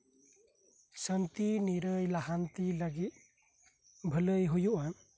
ᱥᱟᱱᱛᱤ ᱱᱤᱨᱟᱹᱭ ᱞᱟᱦᱟᱱᱛᱤ ᱞᱟᱹᱜᱤᱫ ᱵᱷᱟᱹᱞᱟᱹᱭ ᱦᱳᱭᱳᱜᱼᱟ